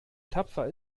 tapfer